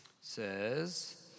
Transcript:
says